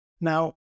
Now